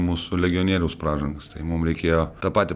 mūsų legionieriaus pražangas tai mum reikėjo tą patį